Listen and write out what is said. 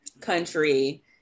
country